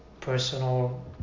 personal